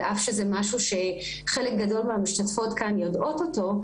על אף שזה משהו שחלק גדול מהמשתתפות כאן יודעות אותו,